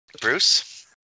Bruce